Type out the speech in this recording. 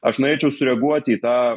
aš norėčiau sureaguoti į tą